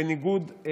בניגוד,